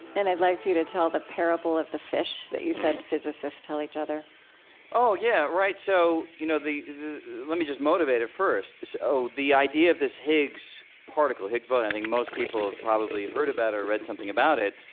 and i'd like for you to tell the parable of the fish that you said physicists tell each other oh. yeah, right. so you know the the let me just motivate it first. so, the idea of this higgs particle, higgs boson, i think most people have probably heard about it or read something about it,